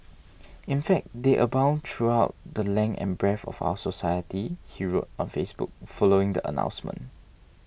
in fact they abound throughout the length and breadth of our society he wrote on Facebook following the announcement